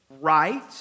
right